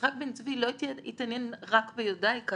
ויצחק בן צבי לא התעניין רק ביודאיקה,